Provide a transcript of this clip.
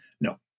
no